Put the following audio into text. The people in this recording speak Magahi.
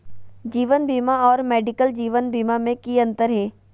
जीवन बीमा और मेडिकल जीवन बीमा में की अंतर है?